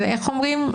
אבל איך אומרים?